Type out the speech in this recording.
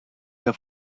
have